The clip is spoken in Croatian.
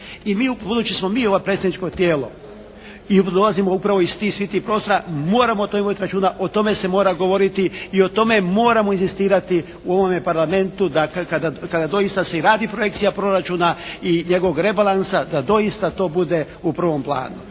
I mi, budući smo mi ovo predstavničko tijelo i dolazimo upravo iz tih, svih tih prostora moramo o tome voditi računa, o tome se mora govoriti i o tome moramo inzistirati u ovome Parlamentu da kada doista se i radi projekcija proračuna i njegovog rebalansa da doista to bude u prvom planu.